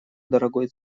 дорогой